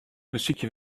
besykje